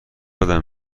بدم